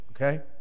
Okay